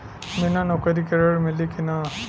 बिना नौकरी के ऋण मिली कि ना?